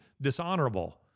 dishonorable